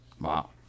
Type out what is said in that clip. Wow